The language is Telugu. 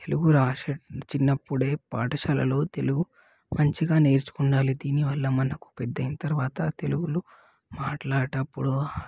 తెలుగు రాసే చిన్నప్పుడే పాఠశాలలో తెలుగు మంచిగా నేర్చుకుండాలి దీనివల్ల మనకు పెద్ద అయిన తర్వాత తెలుగులో మాట్లాడేటప్పుడు